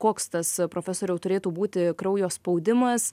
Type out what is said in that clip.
koks tas profesoriau turėtų būti kraujo spaudimas